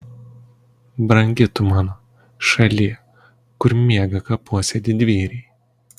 brangi tu mano šalie kur miega kapuose didvyriai